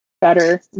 better